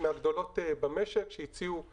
מהגדולות במשק, שהציעו תעריפים,